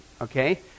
okay